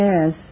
Yes